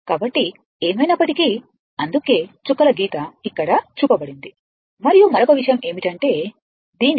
కాబట్టి ఏమైనప్పటికీ అందుకే చుక్కల గీత ఇక్కడ చూపబడింది మరియు మరొక విషయం ఏమిటంటే దీనికి